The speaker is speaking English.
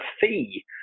fee